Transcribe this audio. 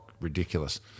ridiculous